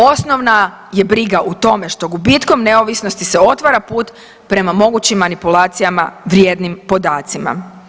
Osnovna je briga u tome što gubitkom neovisnosti se otvara put prema mogućim manipulacijama vrijednim podacima.